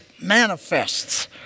manifests